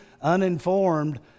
uninformed